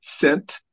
sent